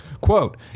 Quote